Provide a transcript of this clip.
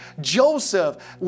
Joseph